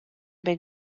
big